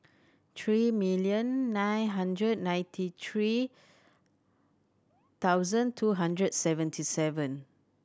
three million nine hundred ninety three thousand two hundred seventy seven